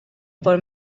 por